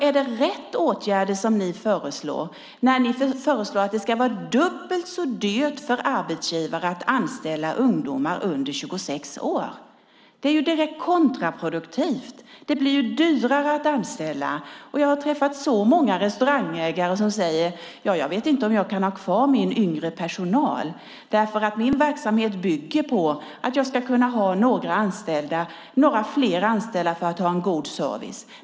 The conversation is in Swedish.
Är det rätt åtgärder att, som ni gör, föreslå att det ska vara dubbelt så dyrt för arbetsgivare att anställa ungdomar under 26 år? Det är ju direkt kontraproduktivt. Det blir dyrare att anställa, och jag har träffat så många restaurangägare som säger att de inte vet om de kan ha kvar sin yngre personal, eftersom verksamheten bygger på att de kan ha några fler anställda för att kunna ge en god service.